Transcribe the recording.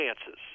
chances